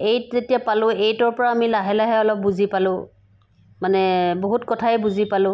eight যেতিয়া পালোঁ এইটৰ পৰা আমি লাহে লাহে অলপ বুজি পালোঁ মানে বহুত কথাই বুজি পলোঁ